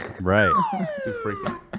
Right